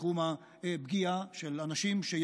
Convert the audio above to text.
בתחום הפגיעה של אנשים,